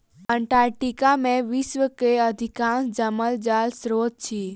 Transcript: Antarctica में विश्व के अधिकांश जमल जल स्त्रोत अछि